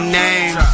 name